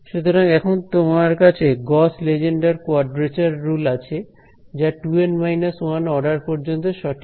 সুতরাং এখন তোমার কাছে গস লেজেন্ডার কোয়াড্রেচার রুল আছে যা 2N 1 অর্ডার পর্যন্ত সঠিক